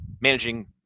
managing